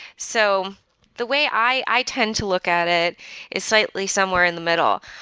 so the way i tend to look at it is slightly somewhere in the middle.